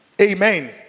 Amen